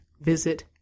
Visit